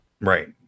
right